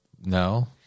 No